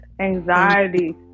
anxiety